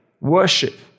worship